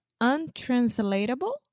untranslatable